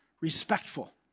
respectful